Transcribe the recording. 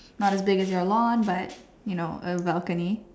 not as big as your lawn but you know a balcony